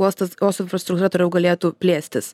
uostas infrastruktūra toliau galėtų plėstis